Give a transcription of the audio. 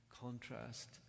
contrast